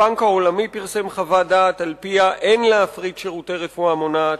הבנק העולמי פרסם חוות דעת שעל-פיה אין להפריט שירותי רפואה מונעת,